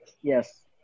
yes